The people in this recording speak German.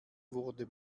wurde